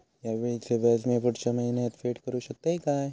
हया वेळीचे व्याज मी पुढच्या महिन्यात फेड करू शकतय काय?